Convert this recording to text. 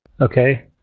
Okay